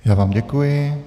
Já vám děkuji.